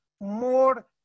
more